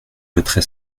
voterai